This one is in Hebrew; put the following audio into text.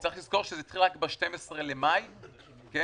צריך לזכור שזה התחיל רק ב-12 במאי, כן?